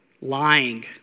lying